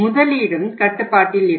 முதலீடும் கட்டுப்பாட்டில் இருக்கும்